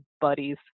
buddies